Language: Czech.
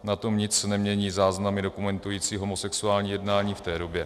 Na tom nic nemění záznamy dokumentující homosexuální jednání v té době.